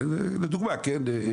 לדוגמא כן?